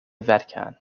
vatican